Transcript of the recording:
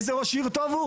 איזה ראש עיר טוב הוא?